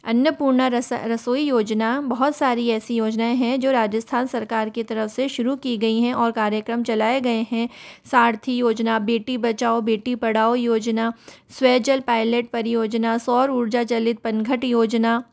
अन्नपूर्णा रसोई योजना बहुत सारी ऐसी योजनाएं हैं जो राजस्थान सरकार की तरफ़ से शुरू की गई हैं और कार्यक्रम चलाए गए हैं सारथी योजना बेटी बचाओ बेटी पढ़ाओ योजना स्वजल पायलेट परियोजना सौर ऊर्जा जलित पनघट योजना